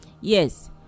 Yes